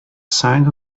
signs